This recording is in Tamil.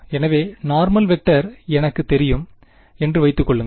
எனவே நார்மல் வெக்டர் எனக்குத் தெரியும் என்று வைத்துக் கொள்ளுங்கள்